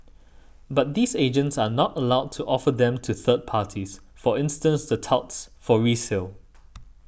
but these agents are not allowed to offer them to third parties for instance the touts for resale